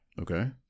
Okay